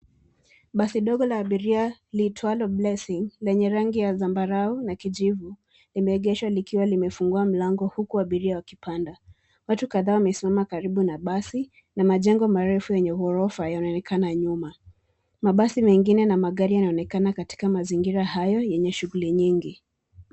Basi ndogo la abiria liitwalo BLESSINGS, lenye rangi ya zambarau na kijivu, limegeshwa likiwa limefungua mlango huku abiria wakipanda. Watu kadhaa wamesimama karibu na basi, na majengo marefu yenye ghorofa yanaonekana nyuma. Mabasi mengine na magari yanaonekana katika mazingira hayo, yenye shughuli nyingi.